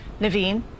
Naveen